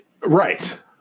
Right